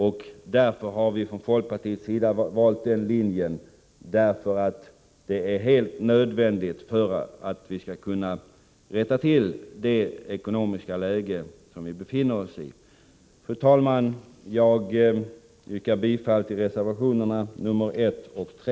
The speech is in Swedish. Den linjen har vi från folkpartiets sida valt därför att det är helt nödvändigt för att vi skall kunna komma till rätta med problemen, i det ekonomiska läge som vi befinner oss i. Fru talman! Jag yrkar bifall till reservationerna 1 och 3.